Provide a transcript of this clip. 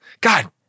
god